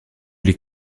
les